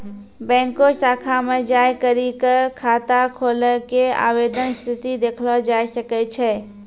बैंको शाखा मे जाय करी क खाता खोलै के आवेदन स्थिति देखलो जाय सकै छै